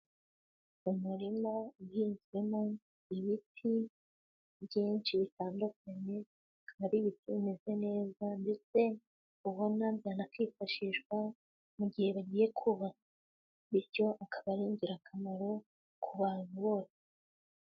Umurima uhinzemo ibiti byinshi bitandukanye, akaba ari ibiti bimeze neza ndetse ubona byanakifashishwa mu gihe bagiye kubaka, bityo akaba ari ingirakamaro ku bantu bose.